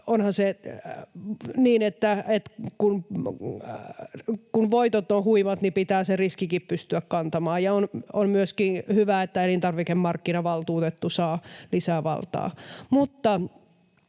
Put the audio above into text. Onhan se niin, että kun voitot ovat huimat, niin pitää se riskikin pystyä kantamaan. Ja on myöskin hyvä, että elintarvikemarkkinavaltuutettu saa lisää valtaa.